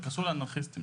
זה קשור לאנרכיסטים.